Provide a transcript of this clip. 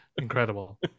Incredible